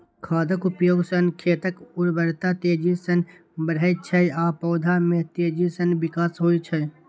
खादक उपयोग सं खेतक उर्वरता तेजी सं बढ़ै छै आ पौधा मे तेजी सं विकास होइ छै